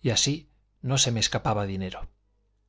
y así no se me escapaba dinero